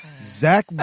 Zach